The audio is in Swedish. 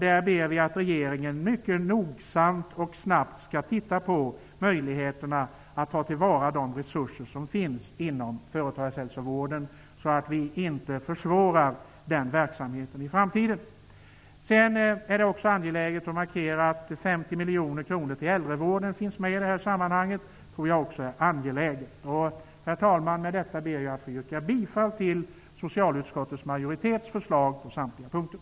Där ber vi att regeringen mycket noggrant och snabbt skall undersöka möjligheterna att ta till vara de resurser som finns inom företagshälsovården, så att vi inte försvårar den verksamheten i framtiden. Sedan är det också angeläget att markera att 50 miljoner kronor till äldrevården finns med i det här sammanhanget. Herr talman! Med detta ber jag att få yrka bifall till förslaget från socialutskottets majoritet på samtliga punkter.